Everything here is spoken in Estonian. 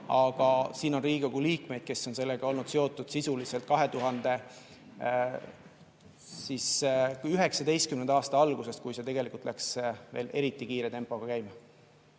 aga siin on Riigikogu liikmeid, kes on sellega olnud seotud sisuliselt 2019. aasta algusest, kui see tegelikult läks veel eriti kiire tempoga käima.